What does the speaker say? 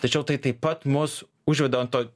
tačiau tai taip pat mus užveda ant to